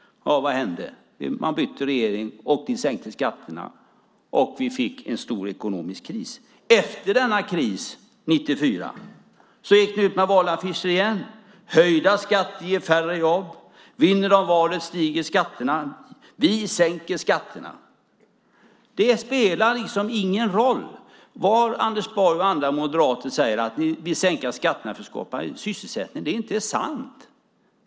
Vad hände? Man bytte regering, ni sänkte skatterna och vi fick en stor ekonomisk kris. Efter denna kris 1994 gick ni ut med valaffischer igen med budskapen: Höjda skatter ger färre jobb. Vinner de valet stiger skatterna. Vi sänker skatterna. Det spelar liksom ingen roll vad Anders Borg och andra moderater säger om att ni vill sänka skatterna för att skapa sysselsättning. Det är inte sant.